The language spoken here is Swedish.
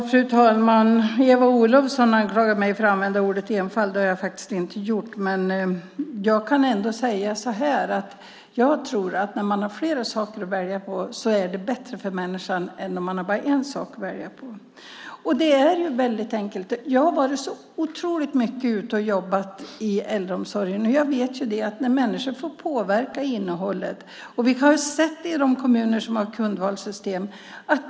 Fru talman! Eva Olofsson anklagar mig för att använda ordet "enfald". Det har jag inte gjort. Men jag kan säga att jag tror att när man har flera saker att välja på är det bättre för människan än om man har bara en sak att välja på. Det är väldigt enkelt. Jag har varit otroligt mycket ute och jobbat i äldreomsorgen och vet hur det är när människor får påverka innehållet. Vi har sett det i de kommuner som har kundvalssystem.